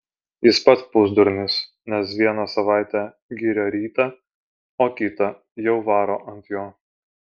jis pats pusdurnis nes vieną savaitę giria rytą o kitą jau varo ant jo